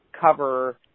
cover